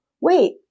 wait